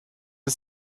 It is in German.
der